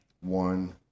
One